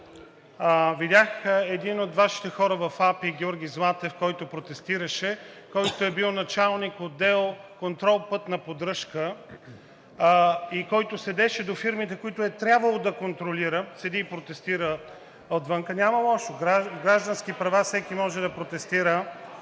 видях един от Вашите хора в АПИ – Георги Златев, който протестираше. Той е бил началник на отдел „Контрол на пътна поддръжка“ и седеше до фирмите, които е трябвало да контролира – седи и протестира отвън. Няма лошо, граждански права – всеки може да протестира.